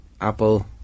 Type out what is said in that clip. Apple